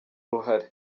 uruhare